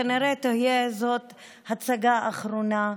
כנראה זאת תהיה הצגה אחרונה.